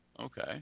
Okay